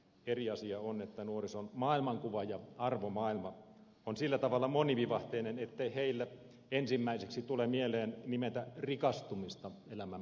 eri asia on että nuorison maailmankuva ja arvomaailma on sillä tavalla monivivahteinen ettei nuorille ensimmäiseksi tule mieleen nimetä rikastumista elämän päämääräksi